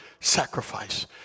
sacrifice